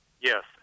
Yes